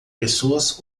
pessoas